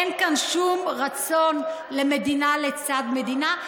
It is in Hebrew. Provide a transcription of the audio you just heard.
אין כאן שום רצון למדינה לצד מדינה,